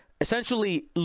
essentially